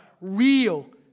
real